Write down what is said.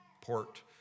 port